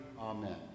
Amen